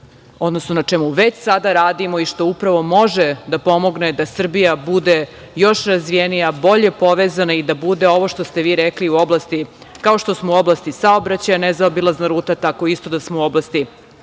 odnosno na čemu već sada radimo i što upravo može da pomogne da Srbija bude još razvijenija, bolje povezana i da bude ovo što ste vi rekli, kao što smo u oblasti saobraćaja nezaobilazna ruta, tako isto da smo u oblasti